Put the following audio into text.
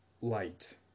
light